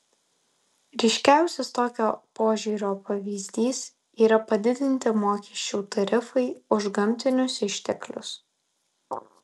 ryškiausias tokio požiūrio pavyzdys yra padidinti mokesčių tarifai už gamtinius išteklius